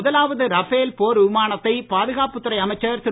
முதலாவது ரபேல் போர் விமானத்தை பாதுகாப்புத் துறை அமைச்சர் திரு